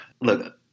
look